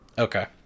Okay